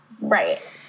Right